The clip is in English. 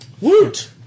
Woot